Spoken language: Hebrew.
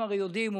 אנחנו הרי יודעים,